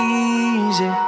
easy